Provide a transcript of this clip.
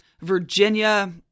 Virginia